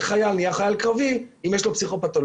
איך חייל נהיה חייל קרבי אם יש לו פסיכופתולוגיה,